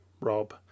Rob